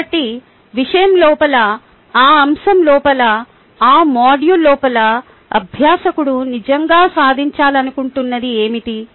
కాబట్టి విషయం లోపల ఆ అంశం లోపల ఆ మాడ్యూల్ లోపల అభ్యాసకుడు నిజంగా సాధించాలనుకుంటున్నది ఏమిటి